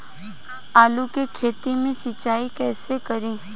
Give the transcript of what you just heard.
आलू के खेत मे सिचाई कइसे करीं?